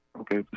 Okay